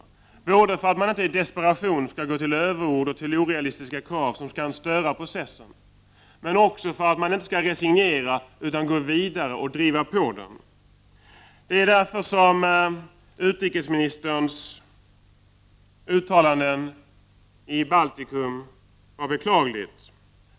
Det är nödvändigt för att man inte i ren desperation skall gå till överord och komma med orealistiska krav som kan störa processen, men också för att man inte skall resignera utan gå vidare och driva på utvecklingen. Utrikesministerns uttalanden i Baltikum är därför beklagliga.